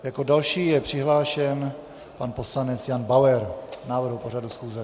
Jako další je přihlášen pan poslanec Jan Bauer k návrhu pořadu schůze.